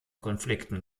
konflikten